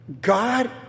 God